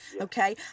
Okay